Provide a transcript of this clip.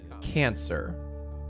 Cancer